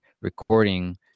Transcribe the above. recording